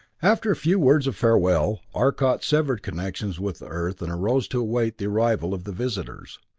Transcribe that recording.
after a few words of farewell, arcot severed connections with earth and arose to await the arrival of the visitors.